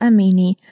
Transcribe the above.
Amini